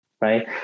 right